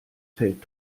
feld